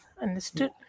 Understood